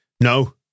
No